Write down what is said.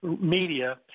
Media